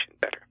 better